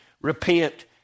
repent